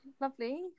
lovely